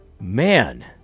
Man